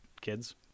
kids